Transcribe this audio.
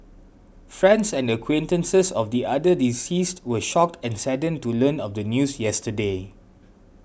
friends and acquaintances of the other deceased were shocked and saddened to learn of the news yesterday